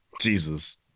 Jesus